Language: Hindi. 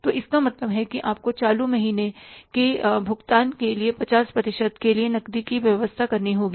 तो इसका मतलब है कि आपको चालू माह के भुगतान के केवल 50 प्रतिशत के लिए नकदी की व्यवस्था करनी होगी